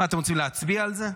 מה, אתם רוצים להצביע על זה?